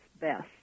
best